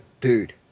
dude